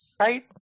right